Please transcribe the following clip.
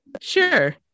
sure